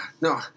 no